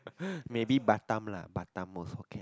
maybe Batam lah Batam also can